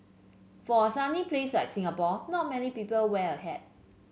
for a sunny place like Singapore not many people wear a hat